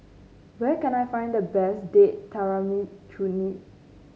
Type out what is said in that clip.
where can I find the best Date Tamarind Chutney